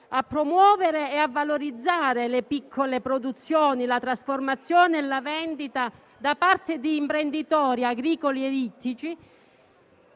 a promuovere e valorizzare le piccole produzioni, la trasformazione e la vendita da parte di imprenditori agricoli e ittici